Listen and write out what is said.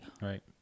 Right